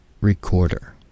recorder